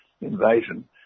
invasion